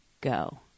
go